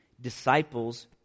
disciples